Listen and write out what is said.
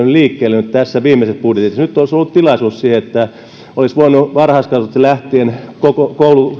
liikkeelle nyt tässä viimeisessä budjetissa nyt olisi ollut tilaisuus siihen että olisi voinut varhaiskasvatuksesta lähtien koko